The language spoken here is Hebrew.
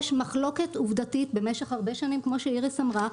יש מחלוקת עובדתית במשך הרבה שנים כמו שאיריס אמרה,